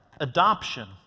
Adoption